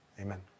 Amen